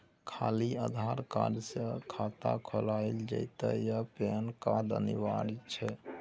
खाली आधार कार्ड स खाता खुईल जेतै या पेन कार्ड अनिवार्य छै?